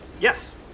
Yes